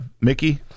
Mickey